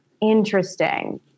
interesting